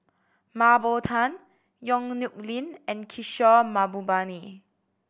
Mah Bow Tan Yong Nyuk Lin and Kishore Mahbubani